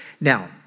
Now